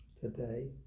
today